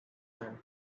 and